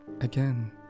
Again